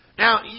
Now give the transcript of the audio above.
Now